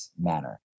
manner